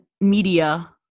media